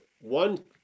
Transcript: one